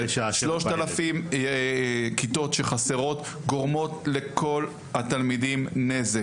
3,000 כיתות שחסרות גורמות לכל התלמידים נזק